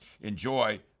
Enjoy